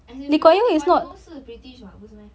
as in before lee kuan yew 是 british [what] 不是